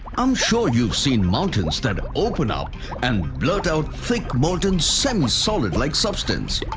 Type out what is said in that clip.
am sure you've seen mountains that open up and blurt out thick molten semi-solid like substance?